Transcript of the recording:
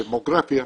הדמוגרפיה,